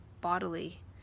bodily